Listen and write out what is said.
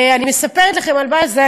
אני מספרת לכם על בזה,